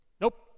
Nope